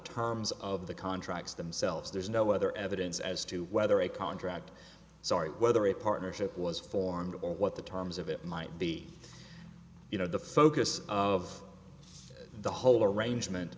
terms of the contracts themselves there's no other evidence as to whether a contract sorry whether a partnership was formed or what the terms of it might be you know the focus of the whole arrangement